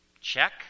check